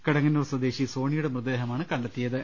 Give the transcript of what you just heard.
കിടങ്ങന്നൂർ സ്വദേശി സോണിയുടെ മൃതദേഹമാണ് കണ്ടെത്തിയത്